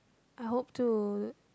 I hope to